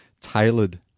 tailored